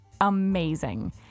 amazing